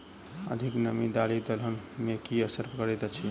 अधिक नामी दालि दलहन मे की असर करैत अछि?